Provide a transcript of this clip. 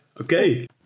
okay